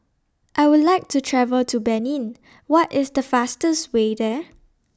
I Would like to travel to Benin What IS The fastest Way There